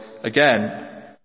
again